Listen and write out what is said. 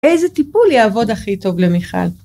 איזה טיפול יעבוד הכי טוב למיכל.